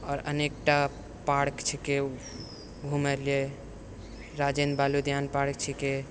आओर अनेकटा पार्क छिकै घुमैलए राजेन्द्र बाल उद्यान पार्क छिकै